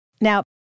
Now